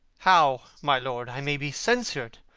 how, my lord, i may be censured,